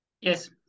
Yes